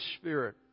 Spirit